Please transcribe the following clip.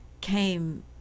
came